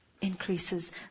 increases